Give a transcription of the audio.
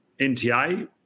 NTA